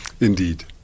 Indeed